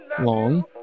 long